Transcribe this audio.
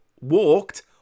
walked